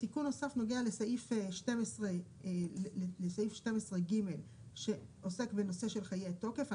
תיקון נוסף נוגע לסעיף 12 ג' שעוסק בנושא של חיי תוקף .